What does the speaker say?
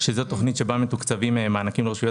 זו תכנית שבה מתוקצבים מענקים לרשויות